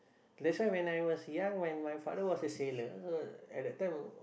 that's why when I was young when my father was a sailor at that time